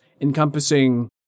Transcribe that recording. encompassing